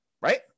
right